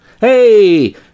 Hey